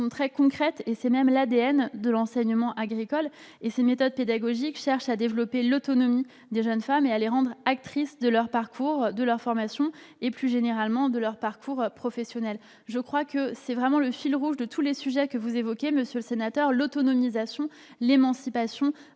très concret, elles sont l'ADN même de cet enseignement agricole. Elles cherchent à développer l'autonomie des jeunes femmes, à les rendre actrices de leur parcours, de leur formation et, plus généralement, de leur parcours professionnel. Tel me paraît vraiment être le fil rouge de tous les sujets que vous évoquez, monsieur le sénateur : l'autonomisation, l'émancipation